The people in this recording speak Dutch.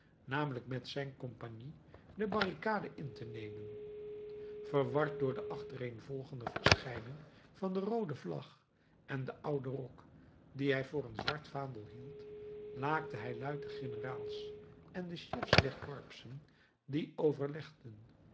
namelijk met zijn compagnie de barricade in te nemen verward door de achtereenvolgende verschijning van de roode vlag en den ouden rok dien hij voor een zwart vaandel hield laakte hij luid de generaals en de chefs der korpsen die overlegden